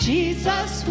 Jesus